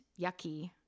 yucky